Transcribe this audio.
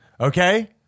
Okay